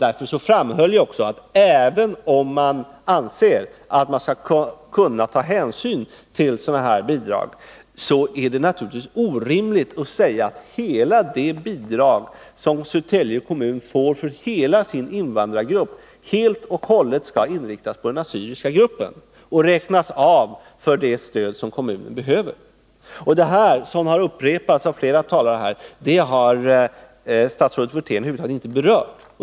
Därför framhöll jag också att det, även om man anser att man skall kunna ta hänsyn till sådana här bidrag, naturligtvis är orimligt att säga att det bidrag som Södertälje kommun får för hela sin invandrargrupp helt och hållet skall inriktas på den assyriska gruppen och räknas av för det stöd som kommunen behöver. Detta, som har upprepats av flera talare här, har statsrådet Wirtén över huvud taget inte berört.